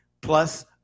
Plus